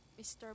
Mr